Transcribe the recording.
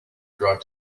drive